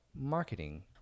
marketing